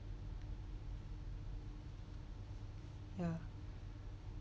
yeah